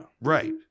Right